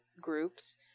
groups